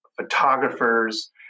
photographers